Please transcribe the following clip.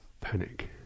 panic